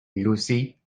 lucy